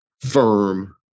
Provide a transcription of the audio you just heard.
firm